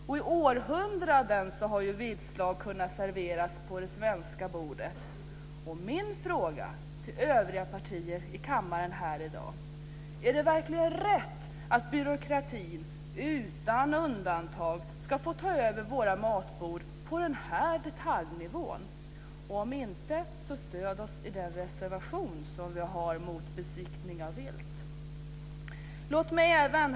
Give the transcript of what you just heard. Vilt har kunnat serveras på det svenska bordet i århundraden. Min fråga till övriga partier här i kammaren är om det verkligen är rätt att byråkratin, utan undantag, ska få ta över våra matbord på den detaljnivån. Om inte, stöd oss i vår reservation mot besiktning av vilt. Herr talman!